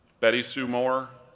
betty sue moore,